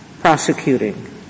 prosecuting